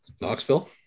Knoxville